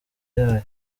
yayo